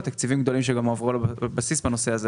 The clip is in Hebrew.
לתקציבים גדולים שהועברו לבסיס בנושא הזה